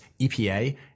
EPA